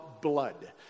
blood